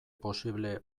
posible